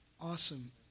Awesome